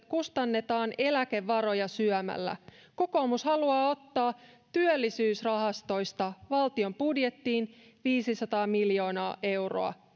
kustannetaan eläkevaroja syömällä kokoomus haluaa ottaa työllisyysrahastoista valtion budjettiin viisisataa miljoonaa euroa